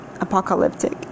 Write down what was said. apocalyptic